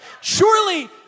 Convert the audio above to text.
Surely